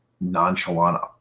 nonchalant